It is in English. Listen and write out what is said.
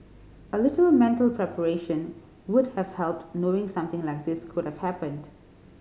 a little mental preparation would have helped knowing something like this could have happened